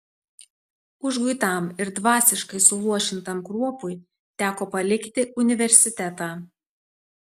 užguitam ir dvasiškai suluošintam kruopui teko palikti universitetą